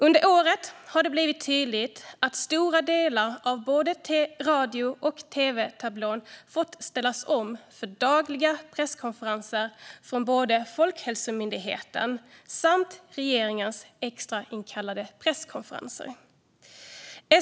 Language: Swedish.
Under året har det framgått tydligt att stora delar av både radio och tv-tablån fått ställas om för dagliga presskonferenser från Folkhälsomyndigheten och för regeringens extrainsatta presskonferenser.